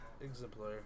Exemplar